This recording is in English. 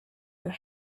your